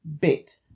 bit